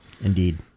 Indeed